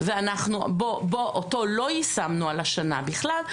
אותו לא יישמנו על השנה בכלל,